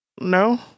no